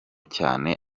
cyane